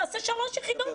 ניבחן במתמטיקה בשלוש יחידות,